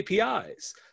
APIs